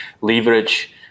leverage